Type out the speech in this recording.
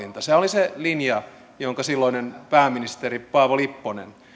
valinta sehän oli se linja jonka silloinen pääministeri paavo lipponen